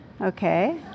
Okay